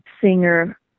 singer